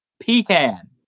Pecan